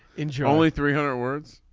enjoy only three hundred words.